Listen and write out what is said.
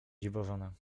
dziwożona